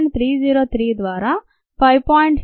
303 ద్వారా 5